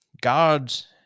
God's